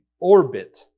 orbit